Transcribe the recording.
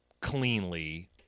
cleanly